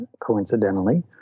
coincidentally